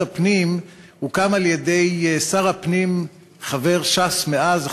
הפנים הוקם על-ידי שר הפנים חבר ש"ס מאז,